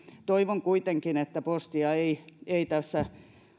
toivon kuitenkin että postia ei ei tässä